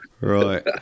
Right